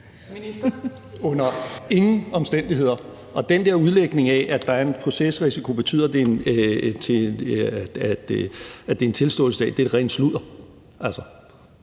Under ingen omstændigheder. Og den der udlægning af, at det, at der er en procesrisiko, betyder, at det er en tilståelsessag, er det rene sludder. Der